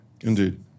Indeed